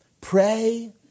Pray